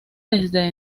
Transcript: desde